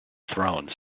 thrones